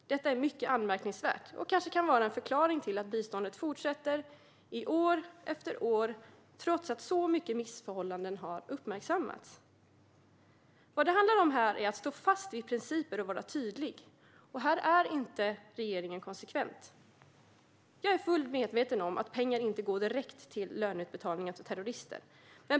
Detta är mycket anmärkningsvärt och kan vara en förklaring till att biståndet fortsätter i år efter år trots att så många missförhållanden har uppmärksammats. Vad det handlar om här är att stå fast vid principer och vara tydlig, och här är inte regeringen konsekvent. Jag är fullt medveten om att pengar inte går direkt till löneutbetalningar till terrorister.